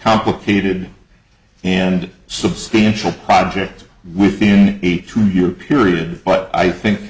complicated and substantial projects within a two year period but i think